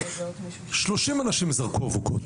30 אנשים זרקו אבוקות,